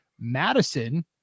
Madison